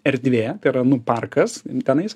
erdvė tai yra nu parkas tenais